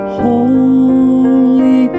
holy